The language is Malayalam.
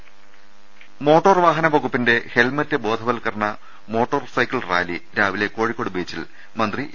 രുട്ട്ട്ട്ട്ട്ട്ട്ട മോട്ടോർ വാഹന വകുപ്പിന്റെ ഹെൽമറ്റ് ബോധവത്കരണ മോട്ടോർ സൈക്കിൾ റാലി രാവിലെ കോഴിക്കോട് ബീച്ചിൽ മന്ത്രി എ